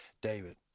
David